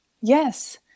Yes